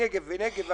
והמשרד לנגב ולגליל